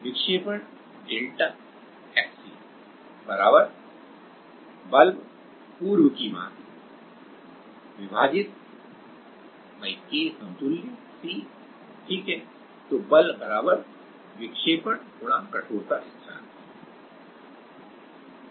विक्षेपण delta xc बल पूर्व की भांति विभाजित K समतुल्य c ठीक है बल विक्षेपण कठोरता स्थिरांक है